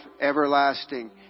everlasting